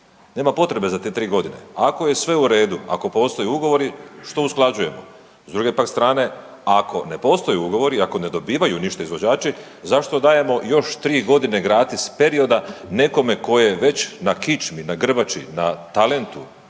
Nema potrebe za te 3.g., ako je sve u redu, ako postoje ugovori, što usklađujemo, s druge pak strane ako ne postoje ugovori, ako ne dobivaju ništa izvođači zašto dajemo još 3.g. gratis perioda nekome ko je već na kičmi, na grbači, na talentu